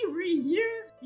reuse